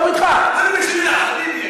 והמכסה שקיימת לעובדים מהשטחים לא מספקת.